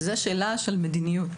וזאת שאלה של מדיניות.